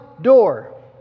door